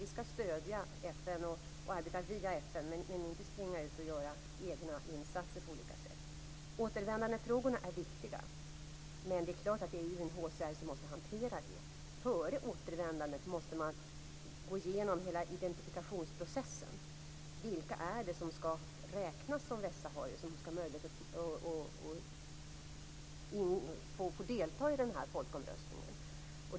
Vi skall stödja FN och arbeta via FN men inte springa ut och göra egna insatser på olika sätt. Återvändandefrågorna är viktiga. Men det är UNHCR som måste hantera det. Man måste gå igenom hela identifikationsprocessen. Vilka är det som skall räknas som västsaharier och ha möjlighet att få delta i folkomröstningen?